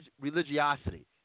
religiosity